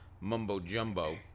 mumbo-jumbo